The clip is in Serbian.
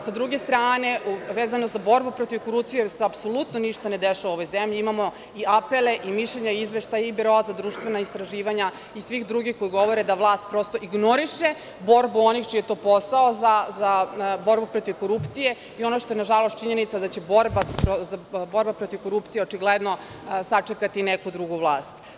Sa druge strane, vezano za borbu protiv korupcije, gde se apsolutno ništa ne dešava u ovoj zemlji, imamo i apele i mišljenja i izveštaje i Biroa za društvena istraživanja i svih drugih koji govore da vlast prosto ignoriše borbu onih čiji je to posao za borbu protiv korupcije i ono što je nažalost činjenica, da će borba protiv korupcije očigledno sačekati neku drugu vlast.